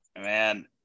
Man